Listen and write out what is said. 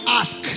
ask